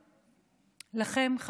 לכם,